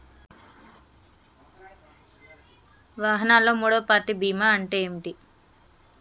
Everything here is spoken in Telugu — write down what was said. వాహనాల్లో మూడవ పార్టీ బీమా అంటే ఏంటి?